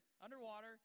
underwater